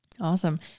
Awesome